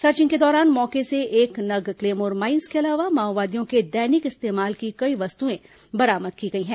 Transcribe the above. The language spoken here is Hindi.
सर्चिंग के दौरान मौके से एक नग क्लेमोर माईस के अलावा माओवादियों के दैनिक इस्तेमाल की कई वस्तुएं बरामद की गई है